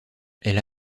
elle